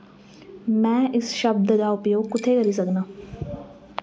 मैं इस शब्द दा उपयोग कु'त्थै करी सकनां